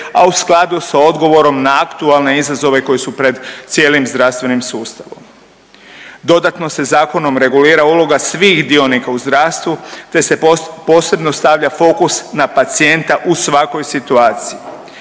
a u skladu sa odgovorom na aktualne izazove koji su pred cijelim zdravstvenim sustavom. Dodatno se zakonom regulira uloga svih dionika u zdravstvu te se posebno stavlja fokus na pacijenta u svakoj situaciji.